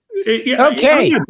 Okay